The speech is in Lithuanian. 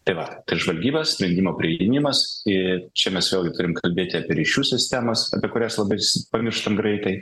tai va tai žvalgyba sprendimo priėmimas ir čia mes turim kalbėti apie ryšių sistemas apie kurias labai pamirštam greitai